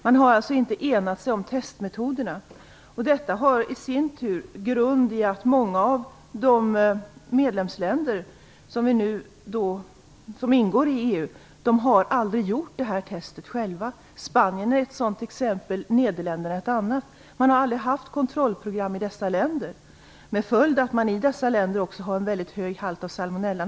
Man har alltså inte kunnat ena sig om testmetoderna. Det har i sin tur grunden i att många av de medlemsländer som ingår i EU aldrig har gjort dessa tester själva. Spanien är ett sådant exempel, Nederländerna ett annat. Man har aldrig haft kontrollprogram i dessa länder, med följden att man naturligtvis också har en stor förekomst av salmonella.